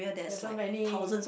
there's so many